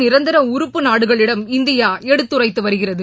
நிரந்தர உறுப்பு நாடுகளிடம் இந்தியா எடுத்துரைத்து வருகிறது